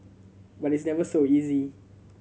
but it's never so easy